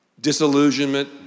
disillusionment